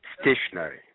stationary